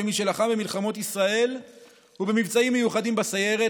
כמי שלחם במלחמות ישראל ובמבצעים מיוחדים בסיירת,